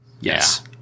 Yes